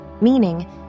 meaning